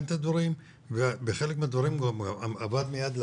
את הדברים ובחלק מהדברים הוא גם עבד מהיד לפה,